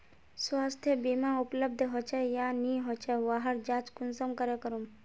स्वास्थ्य बीमा उपलब्ध होचे या नी होचे वहार जाँच कुंसम करे करूम?